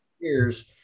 years